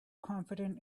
confident